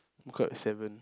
woke up at seven